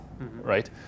right